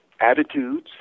attitudes